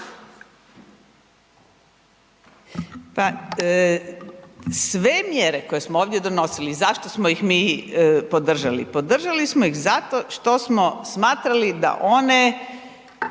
sve mjere koje smo ovdje donosili, zašto smo ih mi podržali? Podržali smo ih zato što smo smatrali da one